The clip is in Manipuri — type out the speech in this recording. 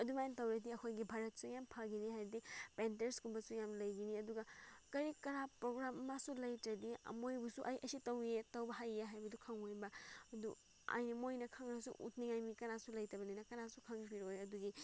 ꯑꯗꯨꯃꯥꯏꯅ ꯇꯧꯔꯗꯤ ꯑꯩꯈꯣꯏꯒꯤ ꯚꯥꯔꯠꯁꯨ ꯌꯥꯝ ꯐꯒꯅꯤ ꯍꯥꯏꯗꯤ ꯄꯦꯟꯇꯔꯁꯀꯨꯝꯕꯁꯨ ꯌꯥꯝ ꯂꯩꯒꯅꯤ ꯑꯗꯨꯒ ꯀꯔꯤ ꯀꯔꯥ ꯄ꯭ꯔꯣꯒ꯭ꯔꯥꯝ ꯑꯃꯁꯨ ꯂꯩꯇ꯭ꯔꯗꯤ ꯃꯣꯏꯕꯨꯁꯨ ꯑꯩ ꯑꯁꯤ ꯇꯧꯔꯤꯌꯦ ꯇꯧꯕ ꯍꯩꯌꯦ ꯍꯥꯏꯕꯗꯨ ꯈꯪꯉꯣꯏꯕ ꯑꯗꯨ ꯑꯩꯅ ꯃꯣꯏꯅ ꯈꯪꯉꯁꯨ ꯎꯠꯅꯤꯡꯉꯥꯏ ꯃꯤ ꯀꯅꯥꯁꯨ ꯂꯩꯇꯕꯅꯤꯅ ꯀꯅꯥꯁꯨ ꯈꯪꯕꯤꯔꯣꯏ ꯑꯗꯨꯒꯤ